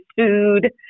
food